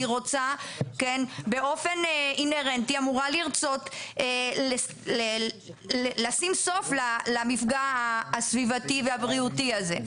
והיא באופן אינהרנטי אמורה לרצות לשים סוף למפגע הסביבתי והבריאותי הזה.